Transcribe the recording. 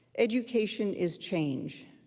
education is change.